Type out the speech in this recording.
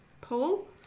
pull